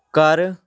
ਕਰ